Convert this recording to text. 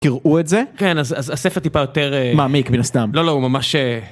תראו את זה כן אז הספר טיפה יותר מעמיק מן הסתם לא לא הוא ממש